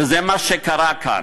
וזה מה שקרה כאן.